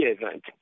event